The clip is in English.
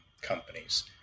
companies